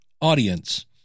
audience